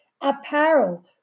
apparel